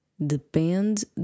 depende